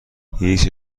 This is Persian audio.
هیچ